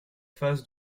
phases